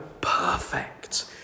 perfect